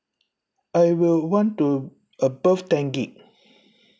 I will want to above ten gig